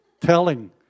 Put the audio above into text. telling